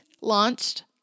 launched